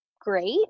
great